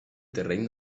terreny